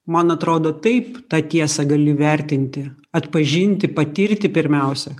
man atrodo taip tą tiesą gali vertinti atpažinti patirti pirmiausia